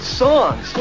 songs